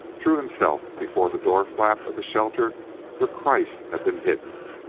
threw himself before the door-flap of the shelter where kreiss had been hidden,